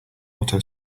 auto